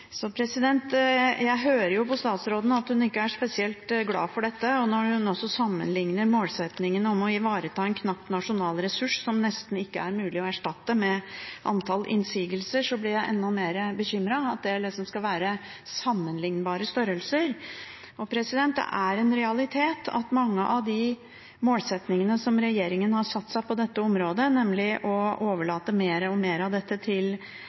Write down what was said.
Jeg hører på statsråden at hun ikke er spesielt glad for dette, og når hun også sammenligner målsettingene om å ivareta en knapp nasjonal ressurs som nesten ikke er mulig å erstatte, med antall innsigelser, så blir jeg enda mer bekymret – at dette liksom skal være sammenlignbare størrelser. Det er en realitet at mange av de målsettingene som regjeringen har satt på dette området, nemlig å overlate mer og mer av dette til